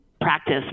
Practice